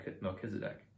Melchizedek